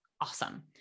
awesome